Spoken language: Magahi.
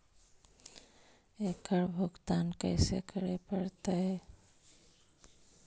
एकड़ भुगतान कैसे करे पड़हई?